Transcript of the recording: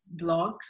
blogs